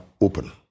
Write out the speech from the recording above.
open